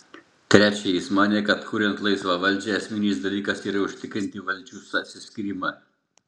trečia jis manė kad kuriant laisvą valdžią esminis dalykas yra užtikrinti valdžių atskyrimą